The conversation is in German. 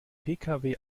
pkw